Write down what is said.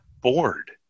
bored